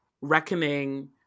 reckoning